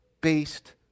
based